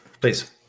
please